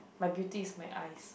my beauty is my eyes